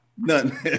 None